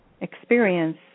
experience